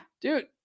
dude